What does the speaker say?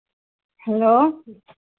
hello